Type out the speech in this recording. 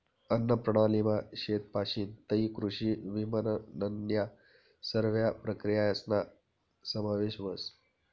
अन्नप्रणालीमा शेतपाशीन तै कृषी विपनननन्या सरव्या प्रक्रियासना समावेश व्हस